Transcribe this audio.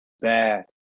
bad